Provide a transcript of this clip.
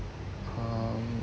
um